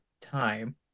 time